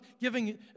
giving